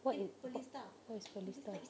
what is what what is pearlista